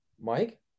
Mike